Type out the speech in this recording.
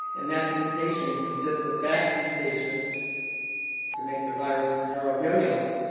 and that mutation consists of back mutations to make the virus neurovirulent,